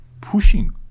pushing